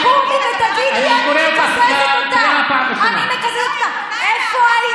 תקומי ותגידי: אני מקזזת אותך?